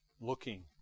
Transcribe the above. looking